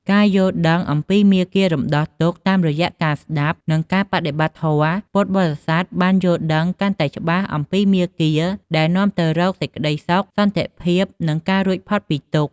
ការយល់ដឹងអំពីមាគ៌ារំដោះទុក្ខ តាមរយៈការស្ដាប់ និងការបដិបត្តិធម៌ ពុទ្ធបរិស័ទបានយល់ដឹងកាន់តែច្បាស់អំពីមាគ៌ាដែលនាំទៅរកសេចក្តីសុខ សន្តិភាព និងការរួចផុតពីទុក្ខ។